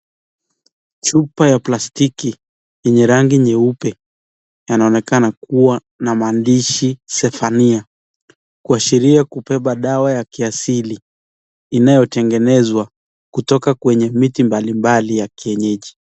Chupa ya plastiki yenye rangi nyeupe yanaoneka kuwa na mandishi Zephaniah kuashiri kupepa dawa ya kiasili inayotengeneswa kutoka kwenye miti mbalimbali ya kienyeji.